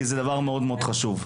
כי זה דבר מאוד-מאוד חשוב: